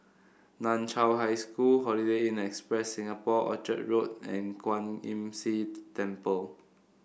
Nan Chiau High School Holiday Inn Express Singapore Orchard Road and Kwan Imm See Temple